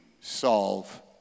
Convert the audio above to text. solve